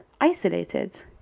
isolated